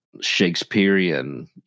Shakespearean